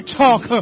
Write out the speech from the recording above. talk